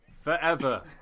forever